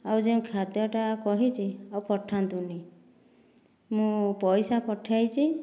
ଆଉ ଯେଉଁ ଖାଦ୍ୟଟି କହିଛି ଆଉ ପଠାନ୍ତୁନି ମୁଁ ପଇସା ପଠାଇଛି